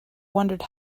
wondered